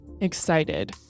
excited